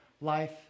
life